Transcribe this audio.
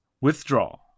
Withdraw